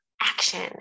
action